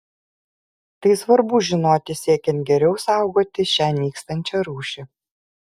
tai svarbu žinoti siekiant geriau saugoti šią nykstančią rūšį